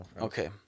Okay